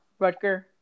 Rutger